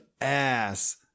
ass